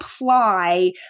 apply